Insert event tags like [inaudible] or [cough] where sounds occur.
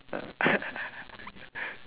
ah [laughs]